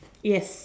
yes